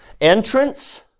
Entrance